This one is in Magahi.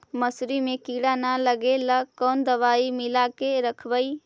मसुरी मे किड़ा न लगे ल कोन दवाई मिला के रखबई?